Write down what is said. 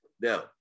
Now